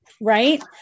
Right